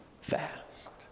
fast